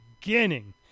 beginning